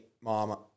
mom